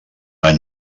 any